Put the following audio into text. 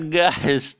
guys